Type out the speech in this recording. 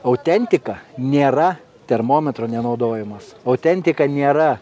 autentika nėra termometro nenaudojimas autentika nėra